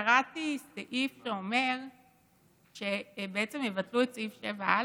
כשקראתי סעיף שאומר שבעצם יבטלו את סעיף 7א,